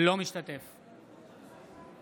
אינו משתתף בהצבעה